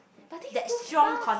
but this's too fast